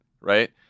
right